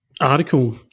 article